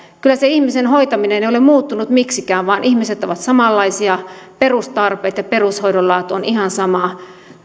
ei se ihmisen hoitaminen kyllä ole muuttunut miksikään vaan ihmiset ovat samanlaisia perustarpeet ja perushoidon laatu ovat ihan samaa